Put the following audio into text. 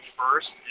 first